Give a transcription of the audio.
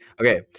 okay